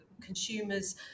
Consumers